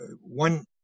one